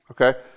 okay